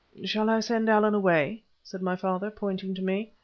shall i send allan away? said my father, pointing to me.